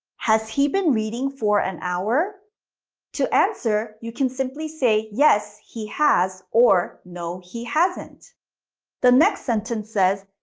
has he been reading for an hour to answer, you can simply say, yes, he has or no, he hasn't the next sentence says,